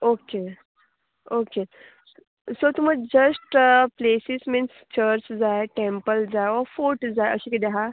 okay okay so तुम just places means church जाय temple जाय ओ फोर्ट जाय अशें किदें आहा